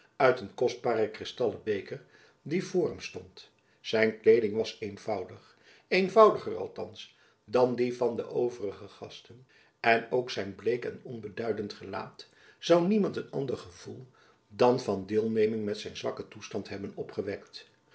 uit een kostbaren kristallen beker die voor hem stond zijn kleeding was jacob van lennep elizabeth musch eenvoudig eenvoudiger althands dan die van de overige gasten en ook zijn bleek en onbeduidend gelaat zoû by niemand een ander gevoel dan van deelneming met zijn zwakken toestand hebben opgewekt